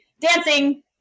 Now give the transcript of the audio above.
Dancing